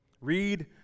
Read